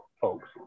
folks